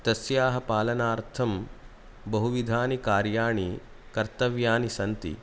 तस्याः पालनार्थं बहुविधानि कार्याणि कर्तव्यानि सन्ति